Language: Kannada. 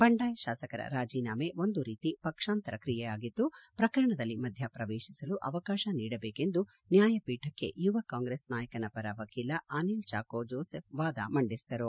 ಬಂಡಾಯ ಶಾಸಕರ ರಾಜೀನಾಮೆ ಒಂದು ರೀತಿ ಪಕ್ಷಾಂತರ ಕ್ರಿಯೆಯಾಗಿದ್ದು ಪ್ರಕರಣದಲ್ಲಿ ಮಧ್ಯಪ್ರವೇಶಿಸಲು ಅವಕಾಶ ನೀಡಬೇಕೆಂದು ನ್ಯಾಯಪೀಠಕ್ಕೆ ಯುವ ಕಾಂಗ್ರೆಸ್ ನಾಯಕನ ಪರ ವಕೀಲ ಅನಿಲ್ ಚಾಕೋ ಜೋಸೆಫ್ ವಾದ ಮಂಡಿಸಿದರು